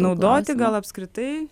naudoti gal apskritai